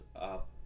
up